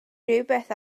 rhywbeth